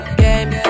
game